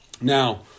Now